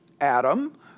Adam